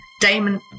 Damon